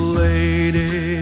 lady